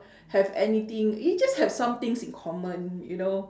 have anything we just have some things in common you know